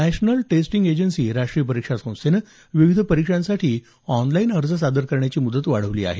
national testing agency राष्ट्रीय परीक्षा संस्थेनं विविध परीक्षांसाठी ऑनलाईन अर्ज सादर करण्याची मुदत वाढवली आहे